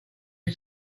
you